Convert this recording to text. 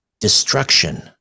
destruction